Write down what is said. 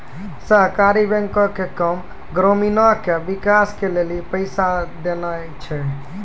सहकारी बैंको के काम ग्रामीणो के विकास के लेली पैसा देनाय छै